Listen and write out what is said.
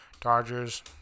Dodgers